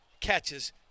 catches